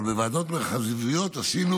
אבל בוועדות מרחביות עשינו